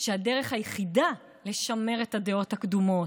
ככה, שסוגרים דילים מאחורי הקלעים,